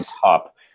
top